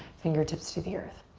fingertips to the earth.